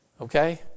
Okay